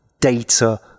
data